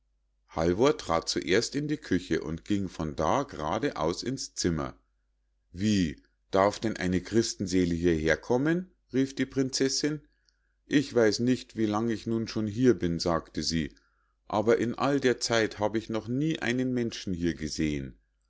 halvor trat zuerst in die küche und ging von da grade aus ins zimmer wie darf denn eine christenseele hieher kommen rief die prinzessinn ich weiß nicht wie lange ich nun schon hier bin sagte sie aber in all der zeit habe ich noch nie einen menschen hier gesehen